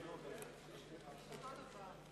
חברי ממשלה,